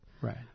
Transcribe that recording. Right